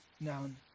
known